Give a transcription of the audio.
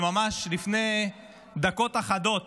שממש לפני דקות אחדות